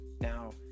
Now